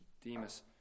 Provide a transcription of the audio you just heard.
Demas